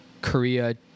Korea